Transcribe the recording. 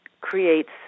creates